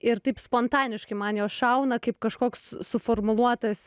ir taip spontaniškai man jos šauna kaip kažkoks suformuluotas